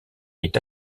est